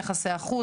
יחסי חוץ,